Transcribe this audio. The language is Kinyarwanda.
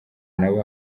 nabo